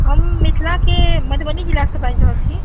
हम मिथिलाके मधुबनी जिलासँ बाजि रहल छी